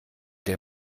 der